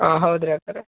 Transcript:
ಹಾಂ ಹೌದು ರೀ ಅಕ್ಕಾವ್ರೆ